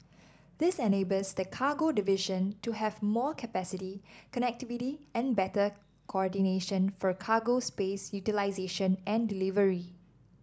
this enables the cargo division to have more capacity connectivity and better coordination for cargo space utilisation and delivery